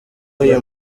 uyu